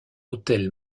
autel